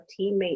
teammate